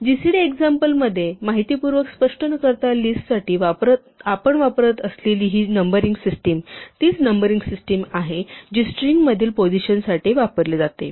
gcd एक्झाम्पलमधे माहितीपूर्वक स्पष्ट न करता लिस्टसाठी आपण वापरत असलेली ही नंबरिंग सिस्टिम तीच नंबरिंग सिस्टिम आहे जी स्ट्रिंगमधील पोझिशनसाठी वापरली जाते